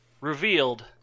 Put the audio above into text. revealed